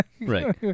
Right